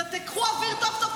תיקחו אוויר טוב טוב,